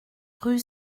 rue